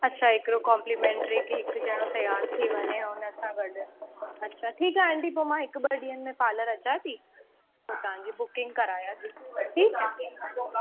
अच्छा हिकिड़ो कॉम्पलीमेंट्री की हिकु ॼणो तयार थी वञे हुन सां गॾु अच्छा ठीकु आहे आंटी पोइ मां हिक ॿिनि ॾींहनि में पार्लर अचां थी पोइ तव्हांजी बुकिंग करायां थी